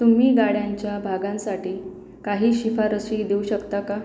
तुम्ही गाड्यांच्या भागांसाठी काही शिफारशी देऊ शकता का